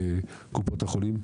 קופות החולים.